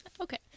Okay